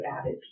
added